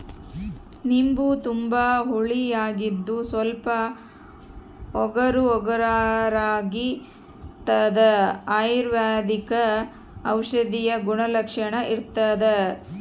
ನಿಂಬು ತುಂಬಾ ಹುಳಿಯಾಗಿದ್ದು ಸ್ವಲ್ಪ ಒಗರುಒಗರಾಗಿರಾಗಿರ್ತದ ಅಯುರ್ವೈದಿಕ ಔಷಧೀಯ ಗುಣಲಕ್ಷಣ ಇರ್ತಾದ